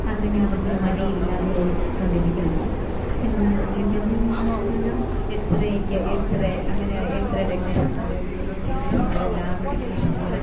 അങ്ങനവർക്കൊരു മടിയുമില്ലാതായി കൊണ്ടിരിക്കുകയാണ് പിന് പിന്നെന്നായെന്നു ചോദിച്ചാൽ എക്സ് റേയ്ക്ക് എക്സ് റേ അങ്ങനെ എക്സ് റേ ടെക്നീഷ്യൻമാർ ഈ സീ ജി ടെക്നീഷ്യന്മാർ ലാബ് ടെക്നീഷ്യന്മാർ